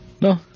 No